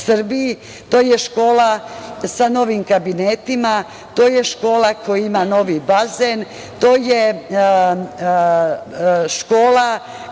To je škola sa novim kabinetima, to je škola koji ima novi bazen, to je škola